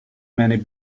many